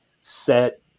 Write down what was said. set